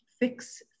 fix